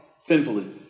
sinfully